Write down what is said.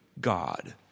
God